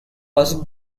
was